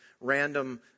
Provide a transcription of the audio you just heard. random